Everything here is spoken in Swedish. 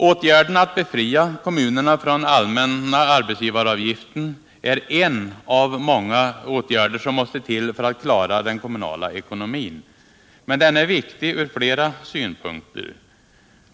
Åtgärden att befria kommunerna från den allmänna arbetsgivaravgiften är en av många åtgärder som måste till för att man skall klara den kommunala ekonomin. Men den är viktig från flera synpunkter.